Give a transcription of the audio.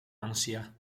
ansia